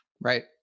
Right